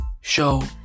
show